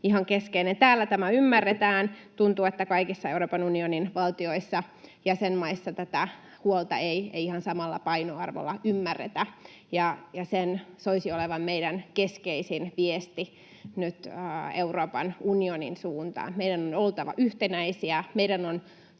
ihan keskeinen asia. Täällä tämä ymmärretään. Tuntuu, että kaikissa Euroopan unionin jäsenmaissa tätä huolta ei ihan samalla painoarvolla ymmärretä, ja sen soisi olevan meidän keskeisin viesti nyt Euroopan unionin suuntaan. Meidän on oltava yhtenäisiä, meidän on